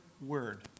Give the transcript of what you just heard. word